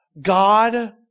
God